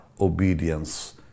obedience